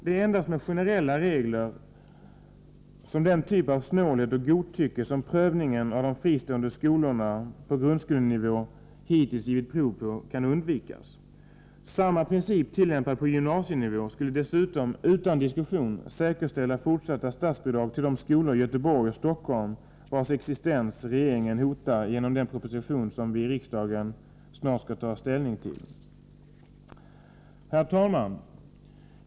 Det är endast med generella regler som den typ av snålhet och godtycke som prövningen av de fristående skolorna på grundskolenivå hittills givit prov på kan undvikas. Samma princip tillämpad på gymnasienivå skulle dessutom utan diskussion säkerställa fortsatta statsbidrag till de skolor i Göteborg och Stockholm vilkas existens regeringen nu hotar i en proposition som riksdagen snart skall ta ställning till. Herr talman!